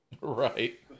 Right